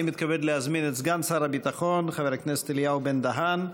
אני מתכבד להזמין את סגן שר הביטחון חבר הכנסת אליהו בן-דהן,